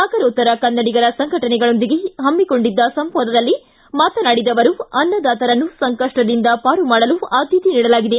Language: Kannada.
ಸಾಗರೋತ್ತರ ಕನ್ನಡಿಗರ ಸಂಘಗಳೊಂದಿಗೆ ಹಮ್ಮಿಕೊಂಡಿದ್ದ ಸಂವಾದದಲ್ಲಿ ಮಾತನಾಡಿದ ಅವರು ಅನ್ನದಾತರನ್ನು ಸಂಕಪ್ಪದಿಂದ ಪಾರುಮಾಡಲು ಆದ್ಯತೆ ನೀಡಲಾಗಿದೆ